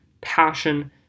passion